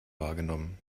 wahrgenommen